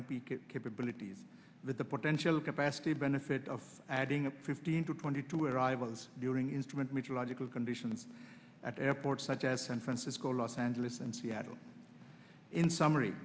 and b capabilities with the potential capacity benefit of adding a pristine to twenty two arrivals during instrument mythological conditions at airports such as san francisco los angeles and seattle in summary